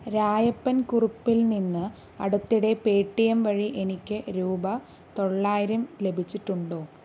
രായരപ്പൻ കുറുപ്പിൽ നിന്ന് അടുത്തിടെ പേടിഎം വഴി എനിക്ക് രൂപ തൊള്ളായിരം ലഭിച്ചിട്ടുണ്ടോ